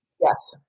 Yes